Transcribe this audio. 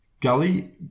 Gully